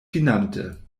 finante